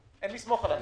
אין לסמוך על הניסים.